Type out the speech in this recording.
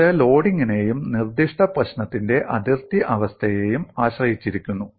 ഇത് ലോഡിംഗിനെയും നിർദ്ദിഷ്ട പ്രശ്നത്തിന്റെ അതിർത്തി അവസ്ഥയെയും ആശ്രയിച്ചിരിക്കുന്നു